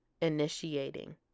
initiating